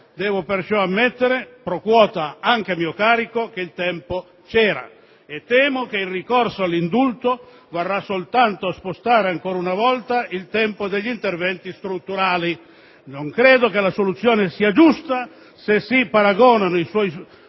devo per ciò ammettere *pro quota* anche a mio carico che il tempo c'era. Temo che il ricorso all'indulto varrà soltanto a spostare ancora una volta il tempo degli interventi strutturali. Non credo che la soluzione sia giusta se si paragonano i suoi